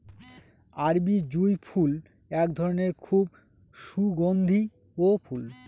আরবি জুঁই ফুল এক ধরনের খুব সুগন্ধিও ফুল